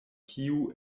kiu